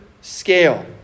scale